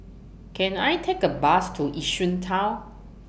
Can I Take A Bus to Yishun Town